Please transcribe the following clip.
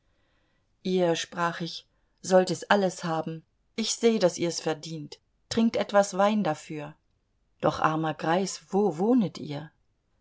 ihr sprach ich sollt es alles haben ich seh daß ihrs verdient trinkt etwas wein dafür doch armer greis wo wohnet ihr